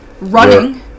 Running